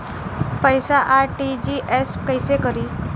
पैसा आर.टी.जी.एस कैसे करी?